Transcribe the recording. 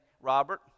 Robert